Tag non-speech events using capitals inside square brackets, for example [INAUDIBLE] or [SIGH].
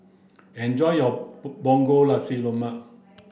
enjoy your [UNINTELLIGIBLE] punggol nasi lemak